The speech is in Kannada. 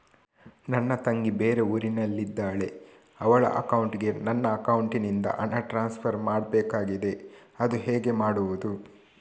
ನನ್ನ ತಂಗಿ ಬೇರೆ ಊರಿನಲ್ಲಿದಾಳೆ, ಅವಳ ಅಕೌಂಟಿಗೆ ನನ್ನ ಅಕೌಂಟಿನಿಂದ ಹಣ ಟ್ರಾನ್ಸ್ಫರ್ ಮಾಡ್ಬೇಕಾಗಿದೆ, ಅದು ಹೇಗೆ ಮಾಡುವುದು?